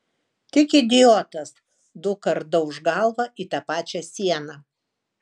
tik idiotas dukart dauš galvą į tą pačią sieną